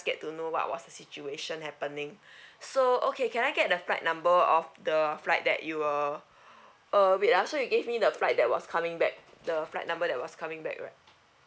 get to know what was the situation happening so okay can I get the flight number of the flight that you were uh wait ah so you give me the flight that was coming back the flight number that was coming back right